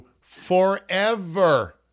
forever